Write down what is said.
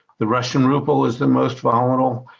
the russian ruble is the most volatile.